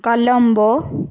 Colombo